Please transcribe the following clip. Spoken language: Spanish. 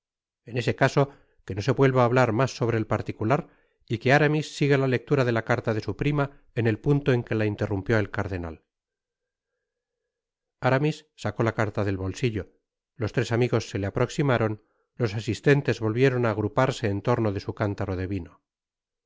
en ese caso que no se vuelva á hablar mas sobre el particular y que aramis siga la lectura de la carta de su prima en el punto en que la interrumpió el cardenal aramis sacó la carta del bolsillo los tres amigos se le aproximaron los asistentes volvieron á agruparse en torno de su cántaro de vino